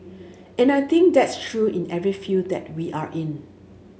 and I think that's true in every field that we are in